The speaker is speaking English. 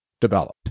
developed